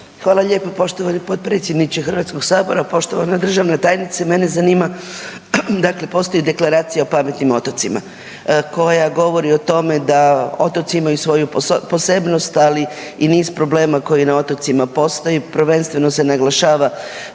Hvala lijepo poštovani potpredsjedniče HS-a. Poštovana državna tajnice. Mene zanima, dakle postoji Deklaracija o pametnim otocima koja govori o tome da otoci imaju svoju posebnost, ali i niz problema koji na otocima postoji, prvenstveno se naglašava